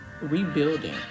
rebuilding